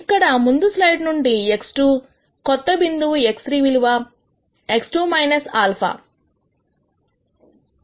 ఇక్కడ ముందు స్లైడ్ నుండి x2 కొత్త బిందువు x3 విలువ x2 α